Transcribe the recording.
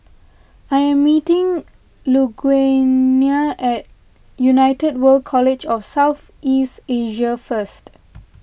I am meeting Lugenia at United World College of South East Asia first